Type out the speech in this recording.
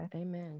amen